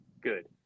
Good